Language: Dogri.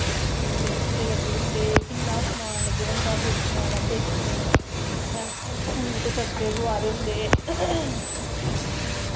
किन्ने झूल्ले लग्गे दे होंदे किन्ना समान लग्गे दा होंदा दिक्खने ई उत्थें सूट सस्ते थ्होआ दे होंदे